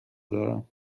دارم